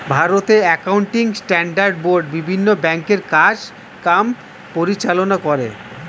ভারতে accounting standard board বিভিন্ন ব্যাংকের কাজ কাম পরিচালনা করে